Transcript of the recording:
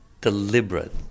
deliberate